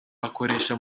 akoresha